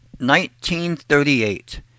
1938